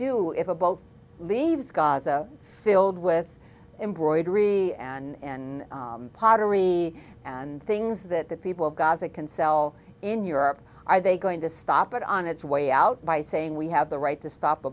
do if a boat leaves gaza filled with embroidery and pottery and things that the people of gaza can sell in europe are they going to stop it on its way out by saying we have the right to stop a